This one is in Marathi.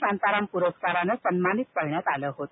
शांताराम पुरस्काराने त्यांना सन्मानित करण्यात आलं होत